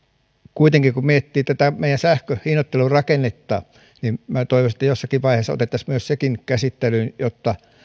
kuitenkin kun miettii tätä meidän sähkönhinnoittelurakennetta minä toivoisin että jossakin vaiheessa otettaisiin sekin käsittelyyn että kun